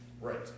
Right